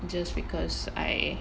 just because I